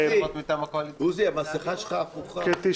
רגע,